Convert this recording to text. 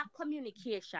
communication